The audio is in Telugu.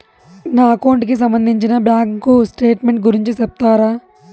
నా అకౌంట్ కి సంబంధించి బ్యాంకు స్టేట్మెంట్ గురించి సెప్తారా